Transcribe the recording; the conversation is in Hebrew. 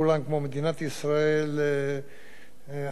האושוויץ הרוחני של עדות המזרח",